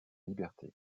liberté